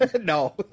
No